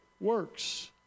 works